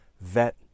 vet